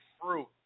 fruit